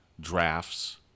drafts